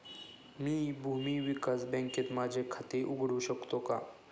मी भूमी विकास बँकेत माझे खाते उघडू शकतो का?